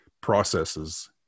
processes